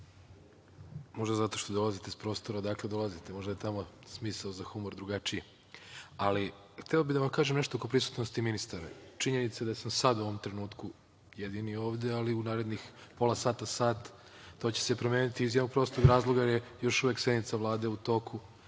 Možda zato što dolazite sa prostora sa kog dolazite, možda je tamo smisao za humor drugačiji. Hteo bih nešto da vam kažem oko prisutnosti ministara. Činjenica je da sam sad u ovom trenutku jedini ovde, ali u narednih pola sata, sat to će se promeniti iz jednog prostor razloga, jer je još uvek sednica Vlade u toku